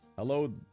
Hello